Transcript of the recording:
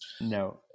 No